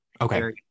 okay